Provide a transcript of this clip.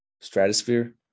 stratosphere